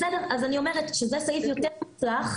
בסדר, אז אני אומרת, שזה סעיף יותר מוצלח.